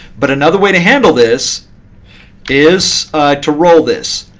but another way to handle this is to roll this.